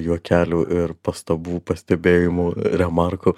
juokelių ir pastabų pastebėjimų remarkų